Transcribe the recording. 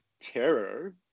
terror